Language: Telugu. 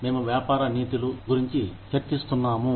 మేము వ్యాపార నీతులు గురించి చర్చిస్తున్నాము